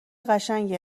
قشنگی